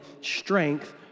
strength